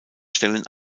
stellen